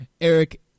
Eric